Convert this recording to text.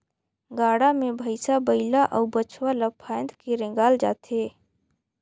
गाड़ा मे भइसा बइला अउ बछवा ल फाएद के रेगाल जाथे